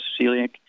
celiac